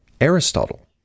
Aristotle